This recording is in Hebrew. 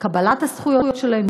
קבלת הזכויות שלהם,